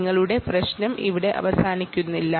നിങ്ങളുടെ പ്രശ്നം ഇവിടെ അവസാനിക്കുന്നില്ല